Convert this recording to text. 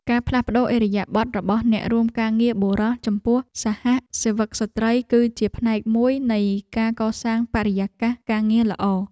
ការផ្លាស់ប្តូរឥរិយាបថរបស់អ្នករួមការងារបុរសចំពោះសហសេវិកស្ត្រី គឺជាផ្នែកមួយនៃការកសាងបរិយាកាសការងារល្អ។